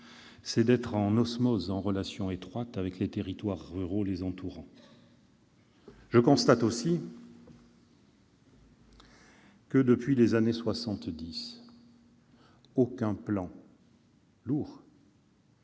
c'est d'être en osmose, en relation étroite avec les territoires ruraux les entourant. Je constate aussi que, depuis les années soixante-dix,